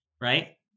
right